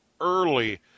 early